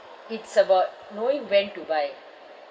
it's about knowing when to buy